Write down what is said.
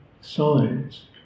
signs